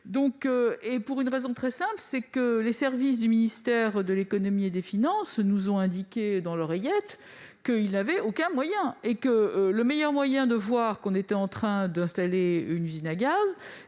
fait pour une raison très simple : les services du ministère de l'économie et des finances nous ont indiqué dans l'oreillette qu'ils n'avaient aucun moyen ! La meilleure façon de constater qu'on est en train d'installer une usine à gaz